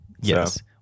Yes